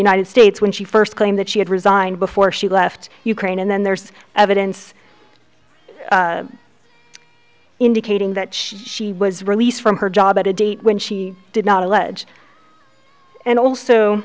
united states when she first claimed that she had resigned before she left ukraine and then there's evidence indicating that she she was released from her job at a date when she did not allege and also